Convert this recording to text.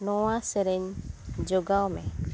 ᱱᱚᱣᱟ ᱥᱮᱨᱮᱧ ᱡᱚᱜᱟᱣ ᱢᱮ